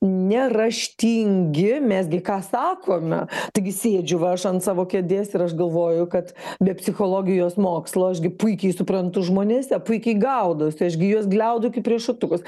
neraštingi mes gi ką sakome taigi sėdžiu va aš ant savo kėdės ir aš galvoju kad be psichologijos mokslo aš gi puikiai suprantu žmonėse puikiai gaudausi aš gi juos gliaudau kaip riešutukus